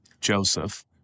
Joseph